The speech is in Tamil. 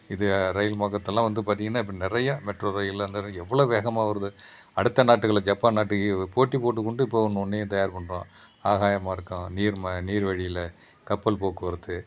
இது ரயில் மொகத்தெல்லாம் வந்து பார்த்திங்கன்னா இப்போ நிறைய மெட்ரோ ரயில் அந்த ரயில் எவ்வளோவு வேகமாக வருது அடுத்த நாடுகளுக்கு ஜப்பான் நாடு போட்டிபோட்டு கொண்டு இப்போ ஒன்று ஒன்றையும் தயார் பண்ணுறோம் ஆகாயம் மார்க்கம் நீர் நீர் வழியில் கப்பல் போக்குவரத்து